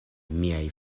miaj